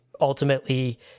ultimately